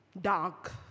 dark